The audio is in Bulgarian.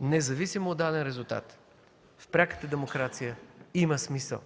независимо от даден резултат, в пряката демокрация има смисъл.